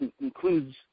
includes